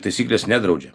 taisyklės nedraudžia